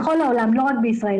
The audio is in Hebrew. בכל העולם ולא רק בישראל.